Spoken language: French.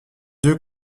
yeux